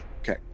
Okay